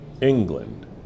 England